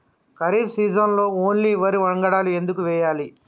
ఖరీఫ్ సీజన్లో ఓన్లీ వరి వంగడాలు ఎందుకు వేయాలి?